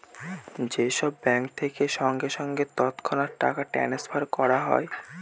যে সব ব্যাঙ্ক থেকে সঙ্গে সঙ্গে তৎক্ষণাৎ টাকা ট্রাস্নফার করা হয়